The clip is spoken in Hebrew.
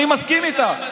אני מסכים איתה.